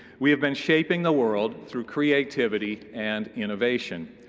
we have been shaping the world through creativity and innovation.